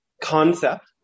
concept